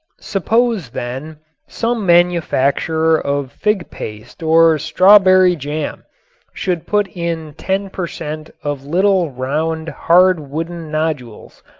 suppose then some manufacturer of fig paste or strawberry jam should put in ten per cent. of little round hard wooden nodules,